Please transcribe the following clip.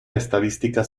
estadística